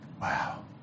Wow